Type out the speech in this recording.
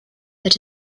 that